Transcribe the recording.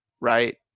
right